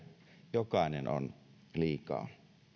jokainen on liikaa